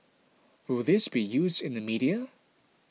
will this be used in the media